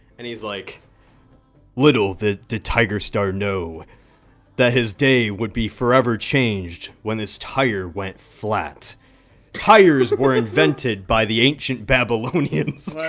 and he's like little did tigerstar know that his day would be forever changed when this tire went flat tires were invented by the ancient babylonians